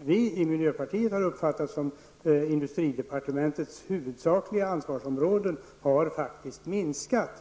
vi i miljöpartiet har uppfattat som industridepartementets huvudsakliga ansvarsområde faktiskt har minskat.